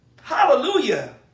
Hallelujah